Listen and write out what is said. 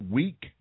week